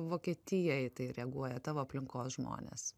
vokietijoj į tai reaguoja tavo aplinkos žmones